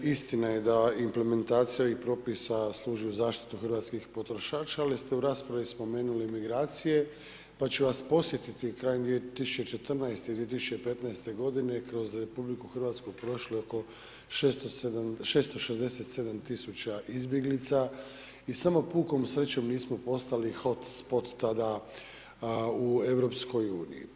Istina je da implementacija i propisa služi u zaštitu hrvatskih potrošača, ali ste u raspravi spomenuli migracije, pa ću vas podsjetiti, krajem 2014. i 2015.g. kroz RH prošlo je oko 667 000 izbjeglica i samo pukom srećom nismo postali hot spot tada u EU.